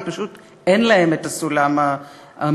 ופשוט אין להם את הסולם המתאים.